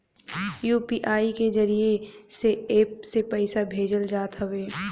UPI के जरिया से एप्प से पईसा भेजल जात हवे